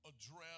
address